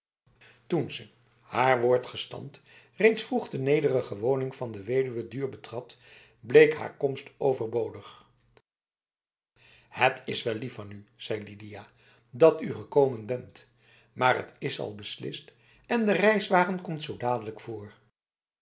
toen ze haar woord gestand reeds vroeg de nederige woning van de weduwe duhr betrad bleek haar komst overbodig het is wel lief van u zei lidia dat u gekomen bent maar het is al beslist en de reiswagen komt zo dadelijk voor